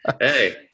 Hey